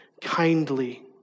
kindly